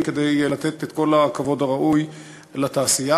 כדי לתת את כל הכבוד הראוי לתעשייה,